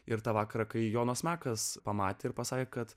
ir tą vakarą kai jonas mekas pamatė ir pasakė kad